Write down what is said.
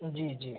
जी जी